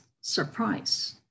surprise